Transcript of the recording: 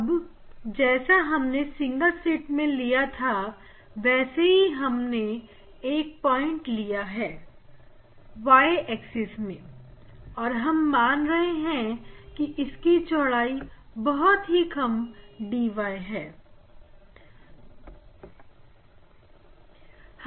अब जैसा हमने सिंगल स्लिट में लिया था वैसे ही हमने एक पॉइंट लिया है y एक्सिस में और हम मान रहे हैं कि इसकी चौड़ाई बहुत ही कम dy है